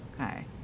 okay